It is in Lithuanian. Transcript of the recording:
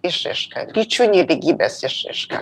išraiška lyčių nelygybės išraiška